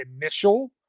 initial